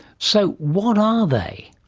so, what are they?